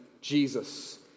Jesus